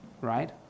right